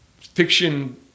fiction